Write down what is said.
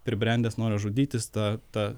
pribrendęs noras žudytis ta ta